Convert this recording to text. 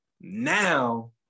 Now